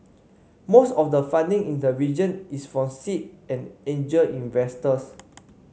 most of the funding in the region is from seed and angel investors